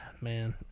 man